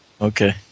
Okay